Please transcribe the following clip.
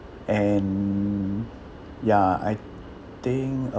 and ya I think